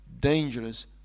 dangerous